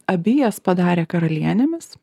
abi jas padarė karalienėmis